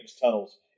tunnels